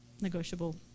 negotiable